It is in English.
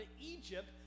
Egypt